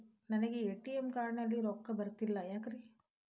Sir ನನಗೆ ATM card ನಲ್ಲಿ ರೊಕ್ಕ ಬರತಿಲ್ಲ ಯಾಕ್ರೇ?